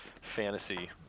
fantasy